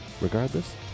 Regardless